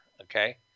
okay